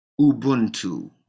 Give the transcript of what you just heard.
Ubuntu